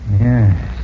Yes